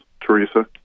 Teresa